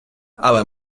але